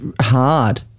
hard